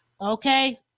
okay